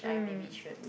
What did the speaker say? mm